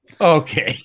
Okay